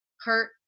hurt